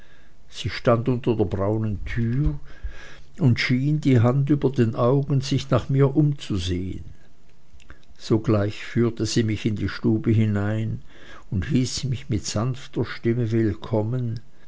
sie stand unter der braunen tür und schien die hand über den augen sich nach mir umzusehen sogleich führte sie mich in die stube hinein und hieß mich mit sanfter stimme willkommen